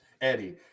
Eddie